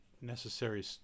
necessary